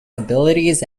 abilities